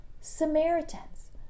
Samaritans